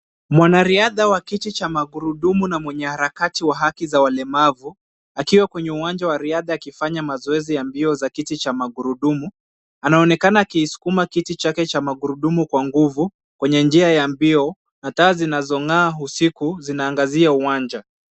Mwanariadha wa kiti cha magurudumu na mwanaharakati wa haki za walemavu, akiwa kwenye uwanja akifanya mazoezi ya mbio cha kiti cha magurudumu, anaonekana akiisukuma kiti chake cha magurudumu kwa nguvu kwenye njia ya mbio na taa zinazong'aa usiku zinaangazia uwanja.